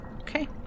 Okay